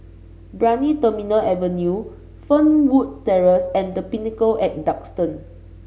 Brani Terminal Avenue Fernwood Terrace and The Pinnacle at Duxton